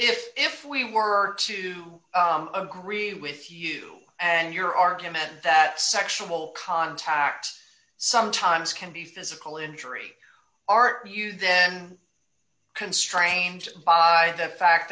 whitley if we were to agree with you and your argument that sexual contact sometimes can be physical injury are you then constrained by the fact